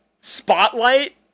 spotlight